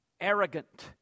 arrogant